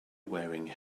wearing